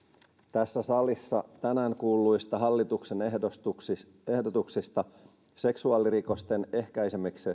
tässä salissa tänään kuulluista hallituksen ehdotuksista ehdotuksista seksuaalirikosten ehkäisemiseksi